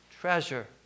treasure